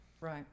Right